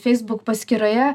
facebook paskyroje